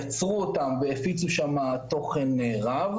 יצרו אותם והפיצו שם תוכן רב.